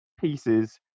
pieces